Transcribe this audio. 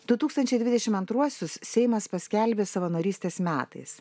du tūkstančiai dvidešim antruosius seimas paskelbė savanorystės metais